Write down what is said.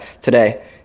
today